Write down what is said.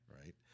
right